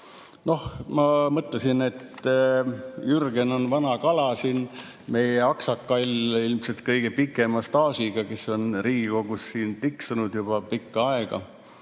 Noh, ma mõtlesin, et Jürgen on siin vana kala, meie aksakall, ilmselt kõige pikema staažiga, kes on Riigikogus tiksunud juba pikka aega.